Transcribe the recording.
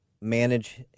manage